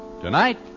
Tonight